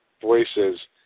voices